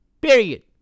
Period